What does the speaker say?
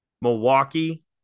Milwaukee